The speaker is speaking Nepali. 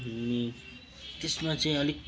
अनि त्यसमा चाहिँ अलिक